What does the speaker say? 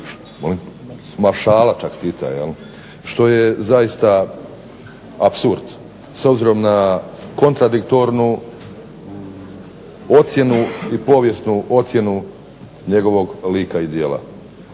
maršala čak Tita što je zaista apsurd s obzirom na kontradiktornu ocjenu i povijesnu ocjenu njegovog lika i djela.